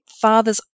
father's